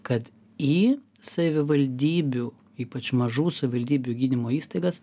kad į savivaldybių ypač mažų savivaldybių gydymo įstaigas